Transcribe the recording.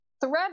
thread